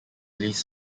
police